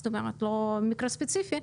זאת אומרת לא כמקרה ספציפי,